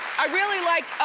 i really like,